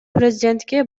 президентке